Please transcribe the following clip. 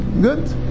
good